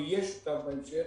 ויהיה שותף בהמשך,